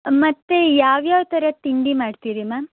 ಮತ್ತೆ ಯಾವ್ಯಾವ ಥರ ತಿಂಡಿ ಮಾಡ್ತೀರಿ ಮ್ಯಾಮ್